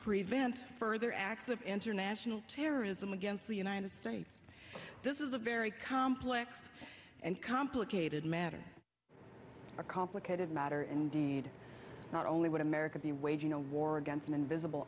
prevent further acts of international terrorism against the united states this is a very complex and complicated matter a complicated matter and not only would america be waging a war against an invisible